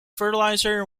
fertilizer